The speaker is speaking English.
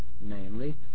namely